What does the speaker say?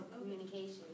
Communication